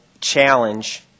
challenge